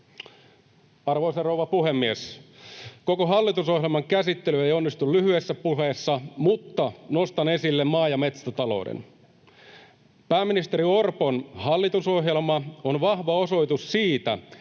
Arvoisa rouva puhemies! Koko hallitusohjelman käsittely ei onnistu lyhyessä puheessa, mutta nostan esille maa- ja metsätalouden. Pääministeri Orpon hallitusohjelma on vahva osoitus siitä,